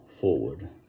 forward